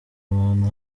abantu